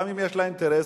שלפעמים יש לה אינטרס.